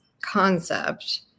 concept